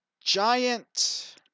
giant